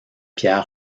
pierre